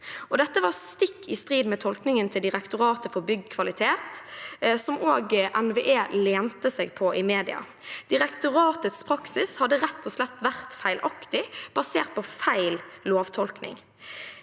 Dette var stikk i strid med tolkningen til Direktoratet for byggkvalitet, som også NVE lente seg på i media. Direktoratets praksis hadde rett og slett vært feilaktig, basert på feil lovtolkning.